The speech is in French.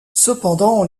cependant